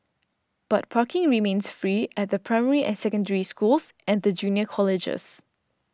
but parking remains free at the primary and Secondary Schools and the junior colleges